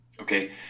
Okay